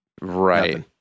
Right